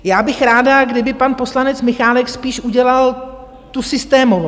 Já bych ráda, kdyby pan poslanec Michálek spíš udělal tu systémovost.